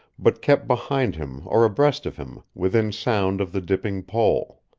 but kept behind him or abreast of him, within sound of the dipping pole.